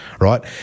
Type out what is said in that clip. right